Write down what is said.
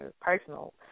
personal